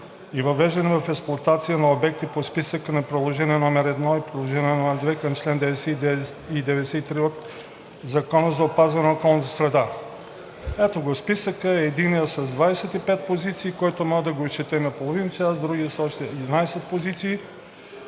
и въвеждане в експлоатация на обекти по списъка на Приложение № 1 и Приложение № 2 към чл. 99 и чл. 93 от Закона за опазване на околната среда. Ето го списъка – единият е с 25 позиции, който може, да го изчете за половин час, а другият е с още 11 позиции.